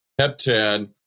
Heptad